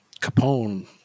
capone